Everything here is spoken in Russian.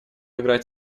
играть